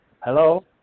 Hello